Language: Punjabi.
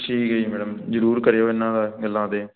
ਠੀਕ ਹੈ ਜੀ ਮੈਡਮ ਜ਼ਰੂਰ ਕਰਿਓ ਇਹਨਾਂ ਦਾ ਗੱਲਾਂ 'ਤੇ